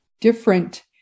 different